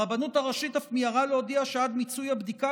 הרבנות הראשית אף מיהרה להודיע שעד מיצוי הבדיקה